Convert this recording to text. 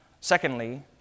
Secondly